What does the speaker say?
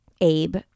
Abe